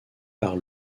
par